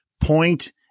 point